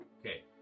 Okay